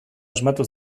asmatu